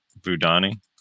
Budani